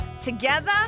together